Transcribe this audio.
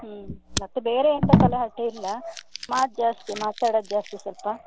ಹ್ಞೂ ಮತ್ತೆ ಬೇರೆ ಎಂತ ತಲೆಹರಟೆ ಇಲ್ಲ ಮಾತು ಜಾಸ್ತಿ ಮಾತಾಡೋದು ಜಾಸ್ತಿ ಸ್ವಲ್ಪ